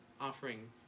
offering